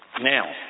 now